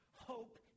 hope